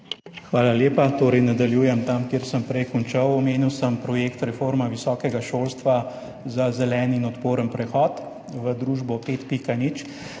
Hvala lepa. Torej, nadaljujem tam, kjer sem prej končal. Omenil sem projekt reforme visokega šolstva za zelen in odporen prehod v Družbo 5.0. Tukaj